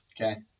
Okay